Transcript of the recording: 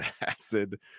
acid